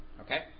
Okay